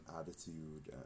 attitude